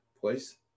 place